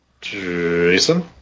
Jason